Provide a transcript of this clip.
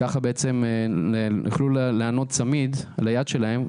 הם יוכלו לענוד צמיד על היד שלהם,